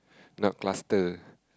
not cluster